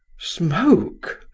smoke?